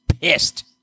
pissed